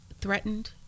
threatened